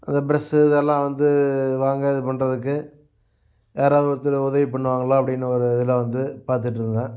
அந்த ப்ரஷ்ஷு இதெல்லாம் வந்து வாங்க இது பண்ணுறதுக்கு யாராவது ஒருத்தர் உதவி பண்ணுவாங்களா அப்படின்னு ஒரு இதில் வந்து பார்த்துட்ருந்தேன்